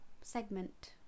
segment